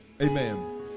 amen